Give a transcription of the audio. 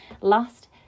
last